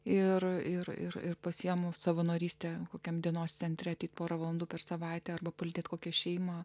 ir ir pasiimu savanorystė kokiam dienos centre tik porą valandų per savaitę arba pulti kokią šeimą